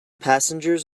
passengers